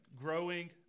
Growing